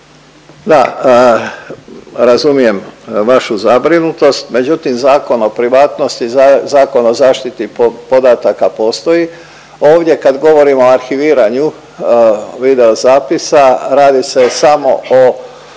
Da, razumijem vašu zabrinutost, međutim Zakon o privatnosti, Zakon o zaštiti podataka postoji. Ovdje kad govorimo o arhiviranju video zapisa, radi se samo o